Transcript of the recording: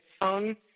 phone